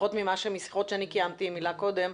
לפחות משיחות שאני קיימתי עם הילה קודם,